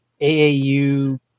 AAU